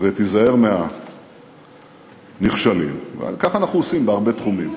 ותיזהר מהנכשלים, וכך אנחנו עושים בהרבה תחומים.